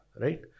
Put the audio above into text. right